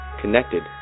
connected